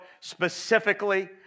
specifically